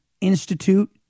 institute